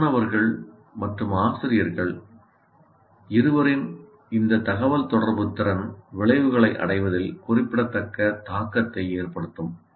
மாணவர்கள் மற்றும் ஆசிரியர்கள் இருவரின் இந்த தகவல்தொடர்பு திறன் விளைவுகளை அடைவதில் குறிப்பிடத்தக்க தாக்கத்தை ஏற்படுத்தும்